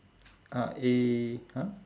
uh eh !huh!